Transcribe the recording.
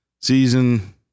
season